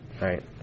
Right